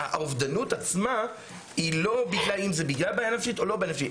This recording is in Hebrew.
האובדנות עצמה היא לא אם זה בגלל בעיה נפשית או לא בעיה נפשית.